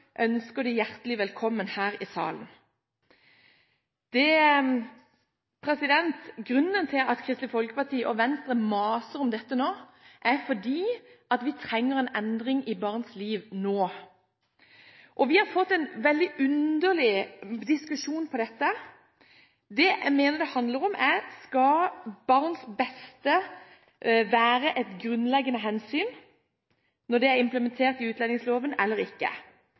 ønsker dem hjertelig velkommen her i salen. Grunnen til at Kristelig Folkeparti og Venstre maser om dette nå er at vi trenger en endring i barns liv nå. Vi har fått en veldig underlig diskusjon om dette. Det jeg mener at dette handler om, er hvorvidt barns beste skal være et grunnleggende hensyn – når dette er implementert i utlendingsloven – eller ikke.